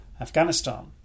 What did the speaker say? Afghanistan